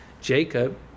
Jacob